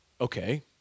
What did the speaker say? Okay